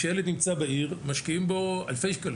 כשהילד בנמצא בעיר משקיעים בו אלפי שקלים.